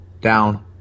Down